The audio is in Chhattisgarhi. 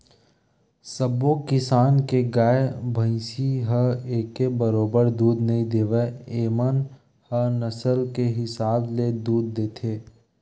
सब्बो किसम के गाय, भइसी ह एके बरोबर दूद नइ देवय एमन ह नसल के हिसाब ले दूद देथे